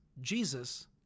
Jesus